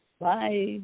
Bye